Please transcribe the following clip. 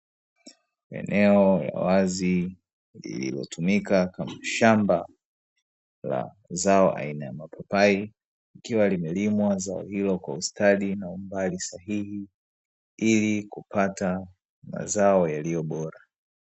Eneo la wazi lililotumika kwa shamba la zao aina ya mapapai, likiwa limelimwa zao Hilo Kwa ustadi sahihi ili kupata mazao yaliyobora.